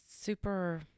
super